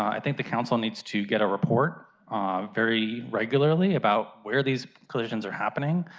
i think the council needs to get a report very regularly about where these collisions are happening,